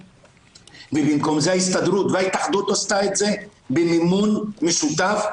ובמקום זה ההסתדרות וההתאחדות עשתה את זה במימון משותף,